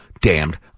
damned